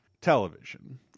television